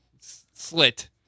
slit